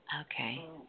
Okay